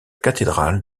cathédrale